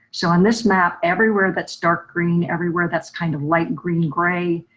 so in this map everywhere, that's dark green everywhere that's kind of light green, gray,